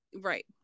Right